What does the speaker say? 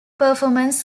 performance